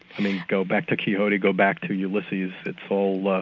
i mean go back to quixote, go back to ulysses, it's all ah